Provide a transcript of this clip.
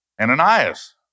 Ananias